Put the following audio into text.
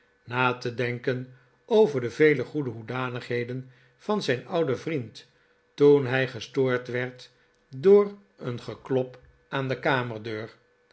na te denken over de vele goede hoedanigheden van zijn ouden vriend toen hij gestoord werd door een geklop aan de